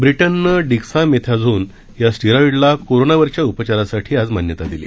ब्रिटननं डेक्सामेथॅझोन या स्टिरॉईडला कोरोना वरच्या उपचारासाठी आज मान्यता दिली